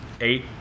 eight